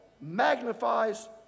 magnifies